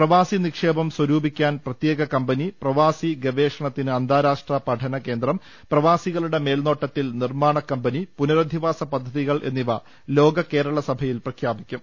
പ്രവാസി നിക്ഷേപം സ്വരൂപിക്കാൻ പ്രത്യേക കമ്പനി പ്രവാസി ഗവേഷണത്തിന് അന്താരാഷ്ട്ര പഠന കേന്ദ്രം പ്രവാസികളുടെ മേൽനോട്ടത്തിൽ നിർമ്മാണക്കമ്പനി പുനരധിവാസ പദ്ധതികൾ എന്നിവ ലോകകേരള സഭയിൽ പ്രഖ്യാപിക്കും